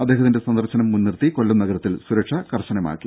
അദ്ദേഹത്തിന്റെ സന്ദർശനം മുൻനിർത്തി കൊല്ലം നഗരത്തിൽ സുരക്ഷ കർശനമാക്കി